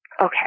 okay